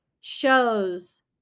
shows